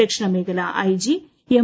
ദക്ഷിണ മേഖലാ IG M